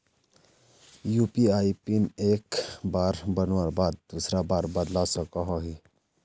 UPI PIN एक बार बनवार बाद दूसरा बार बदलवा सकोहो ही?